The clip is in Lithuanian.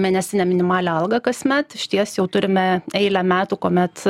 mėnesinę minimalią algą kasmet išties jau turime eilę metų kuomet